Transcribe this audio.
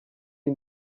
iyi